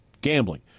gambling